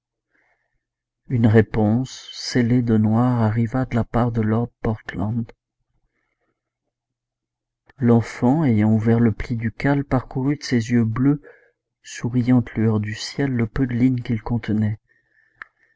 une réponse scellée de noir arriva de la part de lord portland l'enfant ayant ouvert le pli ducal parcourut de ses yeux bleus souriantes lueurs du ciel le peu de lignes qu'il contenait